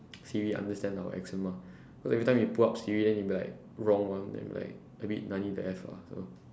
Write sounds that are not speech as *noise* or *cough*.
siri understand our accent mah *breath* cause every time we pull up siri then it'll be like wrong one then we'll be like a bit nani the F lah so